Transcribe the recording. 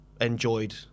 enjoyed